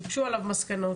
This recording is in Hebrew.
הוגשו עליו מסקנות.